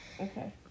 okay